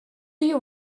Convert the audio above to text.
you